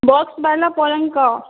ବକ୍ସ୍ଵାଲା ପଲଙ୍କ